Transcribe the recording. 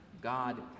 God